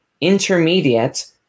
intermediate